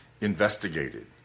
investigated